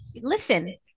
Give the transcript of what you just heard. listen